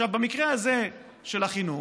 במקרה הזה, של החינוך,